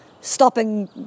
stopping